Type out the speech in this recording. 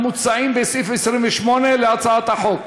המוצעים בסעיף 28 להצעת החוק,